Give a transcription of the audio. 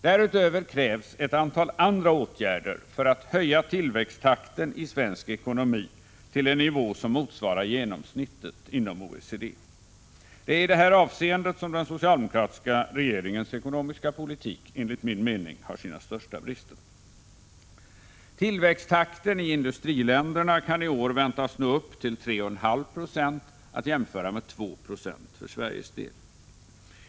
Därutöver krävs ett antal andra åtgärder för att höja tillväxttakten i svensk ekonomi till en nivå som motsvarar genomsnittet inom OECD. Det är i detta avseende som den socialdemokratiska regeringens ekonomiska politik, enligt min mening, har sina största brister. Tillväxten i industriländerna kan i år väntas nå upp till 3,5 Ze, att jämföra med 2 I för Sveriges del.